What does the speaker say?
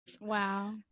Wow